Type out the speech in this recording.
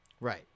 Right